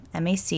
MAC